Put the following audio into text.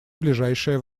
ближайшее